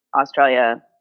Australia